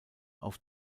auf